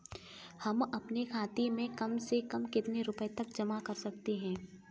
हम अपने खाते में कम से कम कितने रुपये तक जमा कर सकते हैं?